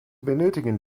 benötigen